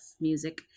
music